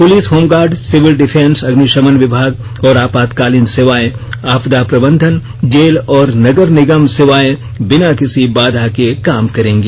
police home guard civil defence अग्निशमन विभाग और आपातकालीन सेवाएं आपदा प्रबंधन जेल और नगर निगम सेवाएं बिना किसी बाधा के काम करेंगी